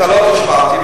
אתה לא תשמע אותי,